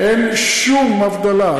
אין שום הבדלה,